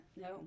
no